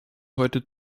heute